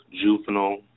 juvenile